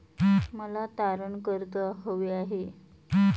मला तारण कर्ज हवे आहे